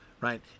right